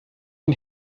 den